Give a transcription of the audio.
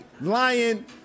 lying